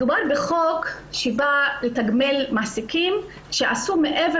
מדובר בחוק שבא לתגמל מעסיקים שעשו מעבר